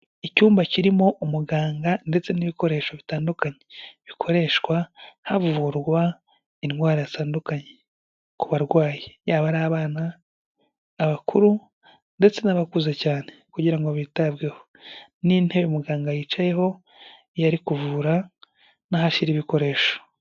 Icyumba kirimo umuganga ndetse n'ibikoresho bitandukanye bikoreshwa havurwa indwara zitandukanye ku barwayi, yaba ari abana, abakuru ndetse n'abakuze cyane kugira ngo bitabweho n'intabe muganga yicayeho iyo ari kuvura aho ashyira ibikoresho.